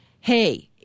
hey